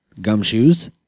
Gumshoes